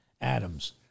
Adams